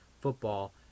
Football